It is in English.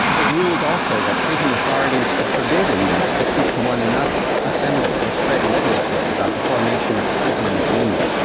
it ruled also that prison authorities could forbid inmates to speak to one another, assemble, or spread literature about the formation of a prisoners' union.